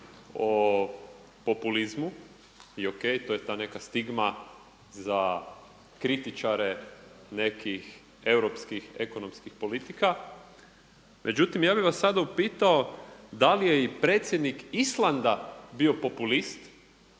o populizmu i o.k., to je ta neka stigma za kritičare nekih europskih ekonomskih politika, međutim ja bih vas sada upitao da li je i predsjednik Islanda bio populist